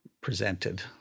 presented